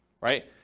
right